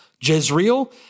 Jezreel